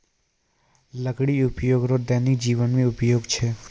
लकड़ी उपयोग रो दैनिक जिवन मे उपयोग छै